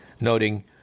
noting